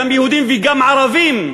גם יהודים וגם ערבים,